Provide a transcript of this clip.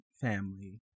family